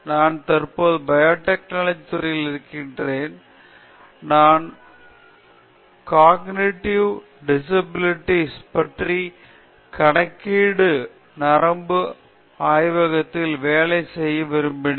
நான் தற்போது பயோடெக்னாலஜி துறையில் இருக்கிறேன் நான் காக்னிடிவ் டிசிபிலிட்டிஸ் பற்றி கணக்கீட்டு நரம்பு அறிவியல் ஆய்வகத்தில் வேலை செய்ய விரும்பினேன்